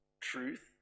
Truth